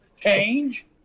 change